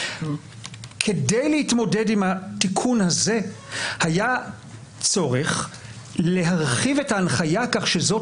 כדי להתמודד עם התיקון הזה היה צורך להרחיב את ההנחיה כך שזו